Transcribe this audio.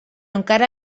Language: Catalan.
encara